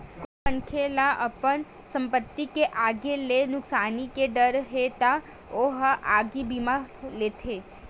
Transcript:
कोनो मनखे ल अपन संपत्ति के आगी ले नुकसानी के डर हे त ओ ह आगी बीमा लेथे